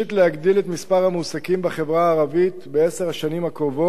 להגדיל את מספר המועסקים בחברה הערבית בעשר השנים הקרובות